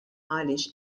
għaliex